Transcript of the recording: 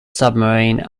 submarine